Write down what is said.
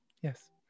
Yes